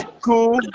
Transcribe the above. cool